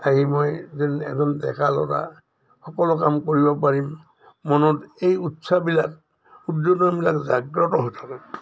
সেয়ে মই যেন এজন ডেকাল'ৰা সকলো কাম কৰিব পাৰিম মনত এই উৎসাবিলাক উদ্বোধনবিলাক জাগ্ৰত হৈ থাকে